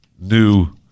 new